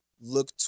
look